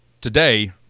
today